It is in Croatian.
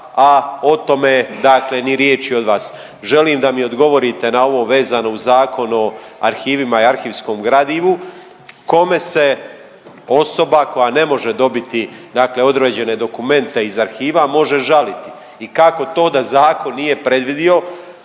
a o tome ni riječi od vas. Želim da mi odgovorite na ovo vezano uz Zakon o arhivima i arhivskom gradivu, kome se osoba koja ne može dobiti određene dokumente iz arhiva može žaliti i kako to da zakon nije predvidio